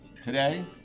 Today